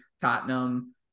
Tottenham